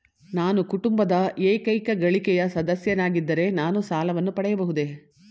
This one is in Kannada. ನಾನು ಕುಟುಂಬದ ಏಕೈಕ ಗಳಿಕೆಯ ಸದಸ್ಯನಾಗಿದ್ದರೆ ನಾನು ಸಾಲವನ್ನು ಪಡೆಯಬಹುದೇ?